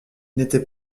n’était